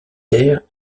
terres